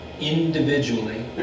individually